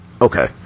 Okay